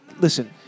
listen